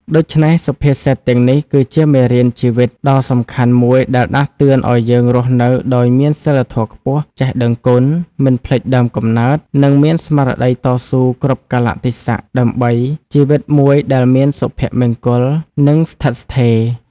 ដូច្នេះ សុភាសិតទាំងនេះគឺជាមេរៀនជីវិតដ៏សំខាន់មួយដែលដាស់តឿនឱ្យយើងរស់នៅដោយមានសីលធម៌ខ្ពស់ ចេះដឹងគុណ មិនភ្លេចដើមកំណើត និងមានស្មារតីតស៊ូគ្រប់កាលៈទេសៈ ដើម្បីជីវិតមួយដែលមានសុភមង្គល និងស្ថិតស្ថេរ។